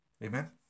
Amen